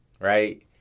right